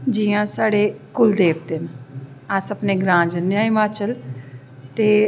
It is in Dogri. जियां साढ़े कुछ देवते न अस अपनें ग्रांऽ जन्नें आं हिमाचल ते